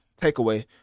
takeaway